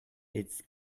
its